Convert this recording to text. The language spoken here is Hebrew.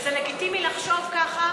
וזה לגיטימי לחשוב כך,